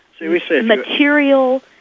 material